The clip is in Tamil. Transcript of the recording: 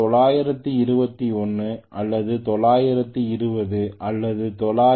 921 அல்லது 920அல்லது 920